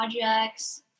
projects